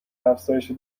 افزایش